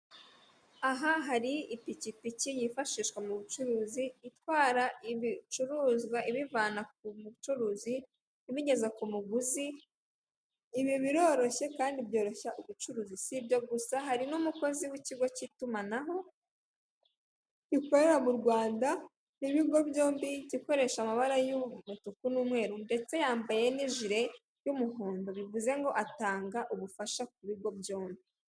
Aha hari ipikipiki yifashishwa m'ubucuruzi mugutwara ibicuruzwa, ibivana ku mucuruzi ubigeza ku muguzi, ibi biroroshye kandi byoroshya ubucuruzi. Sibyo gusa hari n'umukozi w'ikigo cy'itumanaho gikorera mu Rwanda ibigo byombi igikoresho amabara y'umutuku n'umweru ndetse yambaye n'ijire y'umuhondo bivuzengo atanga ubufasha mu bigo byombi.